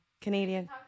Canadian